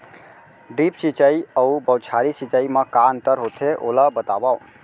Drip सिंचाई अऊ बौछारी सिंचाई मा का अंतर होथे, ओला बतावव?